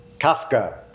Kafka